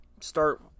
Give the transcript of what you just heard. start